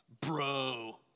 Bro